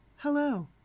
Hello